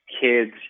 kids